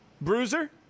Bruiser